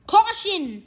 Caution